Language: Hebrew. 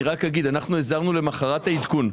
אנחנו הזהרנו למוחרת העדכון.